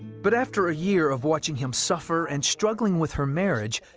but after a year of watching him suffer and struggling with her marriage,